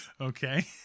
okay